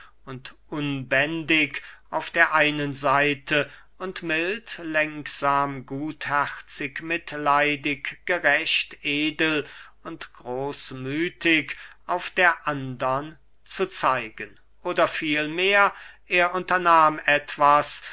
unbändig auf der einen seite und mild lenksam gutherzig mitleidig gerecht edel und großmüthig auf der andern zu zeigen oder vielmehr er unternahm etwas